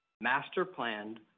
master-planned